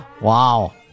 Wow